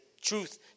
truth